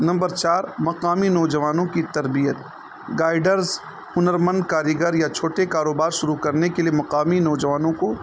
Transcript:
number چار مقامی نوجوانوں کی تربیت گائیڈرز ہنر مند کاریگر یا چھوٹے کاروبار شروع کرنے کے لیے مقامی نوجوانوں کو